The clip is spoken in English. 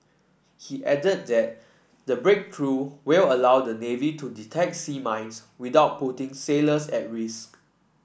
he added that the breakthrough will allow the navy to detect sea mines without putting sailors at risk